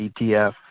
ETF